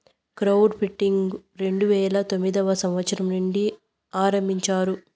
crowd funding రెండు వేల తొమ్మిదవ సంవచ్చరం నుండి ఆరంభించారు